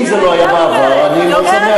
אם זה לא היה בעבר, אני מאוד שמח.